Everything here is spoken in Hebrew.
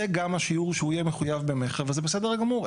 זה גם השיעור שהוא יהיה מחויב במכר וזה בסדר גמור.